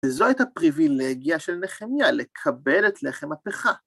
וזו הייתה פריבילגיה של נחמיה, לקבל את לחם הפיכה.